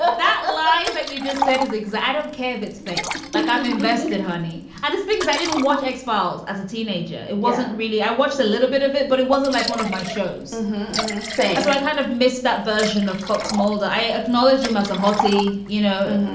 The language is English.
but that line that you just said is exact. don't care if it's fake. like i'm invested, honey. and it's things i didn't watch x files as a teenager. it wasn't really i watched a little bit of it, but it wasn't like one of my shows so i kind of miss that version of fox mulder. i acknowledge him as a hottie, you know,